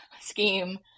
scheme